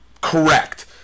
correct